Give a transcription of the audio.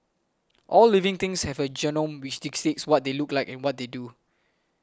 all living things have a genome which dictates what they look like and what they do